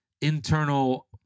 internal